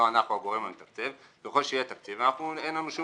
לא אנחנו הגורם המתקצב ככל שיהיה תקציב אין לנו שום